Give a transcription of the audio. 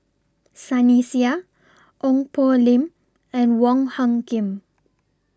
Sunny Sia Ong Poh Lim and Wong Hung Khim